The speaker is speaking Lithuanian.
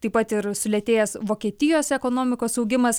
taip pat ir sulėtėjęs vokietijos ekonomikos augimas